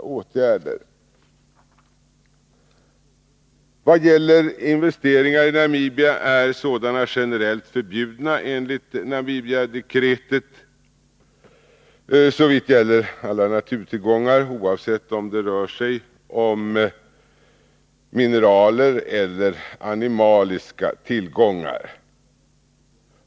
Investeringar i Namibia är generellt förbjudna enligt Namibiadekretet. Det gäller alla naturtillgångar, oavsett om det rör sig om mineraler eller animaliska tillgångar.